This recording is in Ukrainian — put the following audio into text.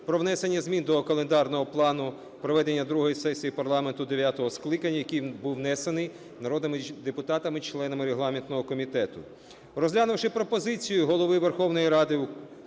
про внесення змін до календарного плану проведення другої сесії парламенту дев'ятого скликання, який був внесений народними депутатами членами регламентного комітету. Розглянувши пропозицію Голови Верховної Ради України,